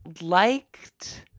liked